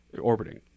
orbiting